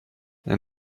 and